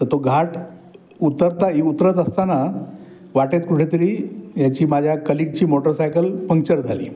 तर तो घाट उतरता ही उतरत असताना वाटेत कुठेतरी ह्याची माझ्या कलिगची मोटरसायकल पंक्चर झाली